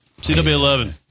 CW11